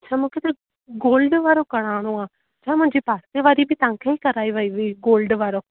अछा मूंखे त गोल्ड वारो कराइणो आहे छा मुंहिंजे पासे वारी बि तव्हांखां ई कराए वई गोल्ड वारो